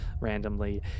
randomly